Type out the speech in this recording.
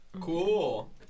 Cool